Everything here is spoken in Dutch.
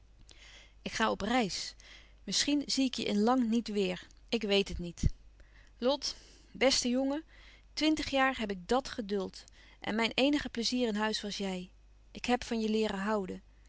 ik ga op reis misschien zie ik je in lang niet weêr ik weet het niet lot beste jongen twintig jaar heb ik dàt geduld en mijn eenige pleizier in huis was jij ik heb van je leeren houden